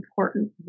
important